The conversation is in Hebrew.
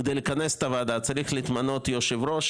כדי לכנס את הוועדה צריך למנות יושב-ראש,